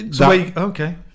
Okay